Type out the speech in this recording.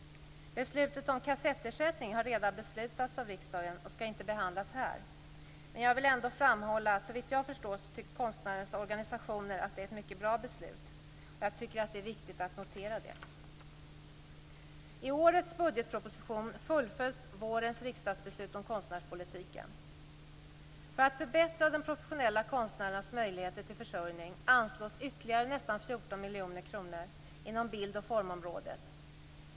Beslutet om kassettersättning har redan beslutats av riksdagen och skall inte behandlas nu. Men jag vill ändå framhålla att såvitt jag förstår tycker konstnärernas organisationer att det är ett mycket bra beslut. Jag tycker att det är viktigt att notera det. I årets budgetproposition fullföljs vårens riksdagsbeslut om konstnärspolitiken. För att förbättra de professionella konstnärernas möjligheter till försörjning anslås ytterligare nästan 14 miljoner kronor inom bild och formområdet.